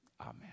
Amen